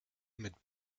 mit